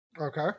Okay